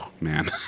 man